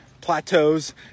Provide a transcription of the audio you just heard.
plateaus